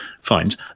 finds